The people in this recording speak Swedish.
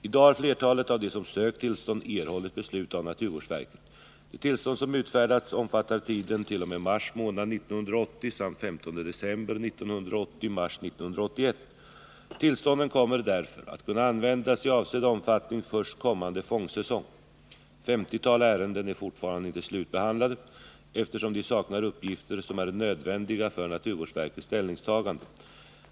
I dag har flertalet av dem som sökt tillstånd erhållit beslut av naturvårdsverket. De tillstånd som utfärdats omfattar tiden t.o.m. mars månad 1980 samt den 15 december 1980-mars 1981. Tillstånden kommer därför att kunna användas i avsedd omfattning först kommande fångstsäsong. Ett femtiotal ärenden är fortfarande inte slutbehandlade, eftersom de saknar uppgifter som är nödvändiga för naturvårdsverkets ställningstagande.